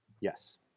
Yes